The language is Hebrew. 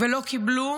ולא קיבלו